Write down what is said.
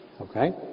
Okay